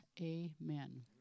amen